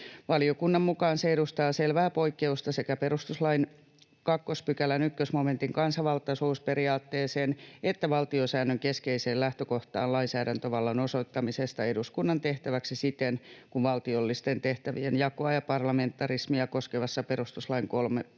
Valiokunnan mukaan se edustaa selvää poikkeusta sekä perustuslain 2 §:n 1 momentin kansanvaltaisuusperiaatteeseen että valtiosäännön keskeiseen lähtökohtaan lainsäädäntövallan osoittamisesta eduskunnan tehtäväksi siten kuin valtiollisten tehtävien jakoa ja parlamentarismia koskevassa perustuslain 3